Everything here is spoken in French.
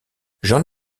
j’en